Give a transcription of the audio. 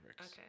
Okay